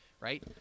right